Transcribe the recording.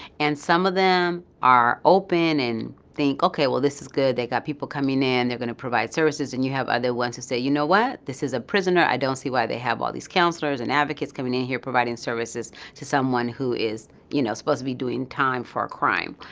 and some of them are open and think, okay, well, is good. they've got people coming in. they're going to provide services. and you have other ones who say, you know what? this is a prisoner. i don't see why they have all these counselors and advocates coming in here providing services to someone who is, you know, supposed to be doing time for a crime.